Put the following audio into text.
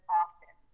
often